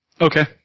Okay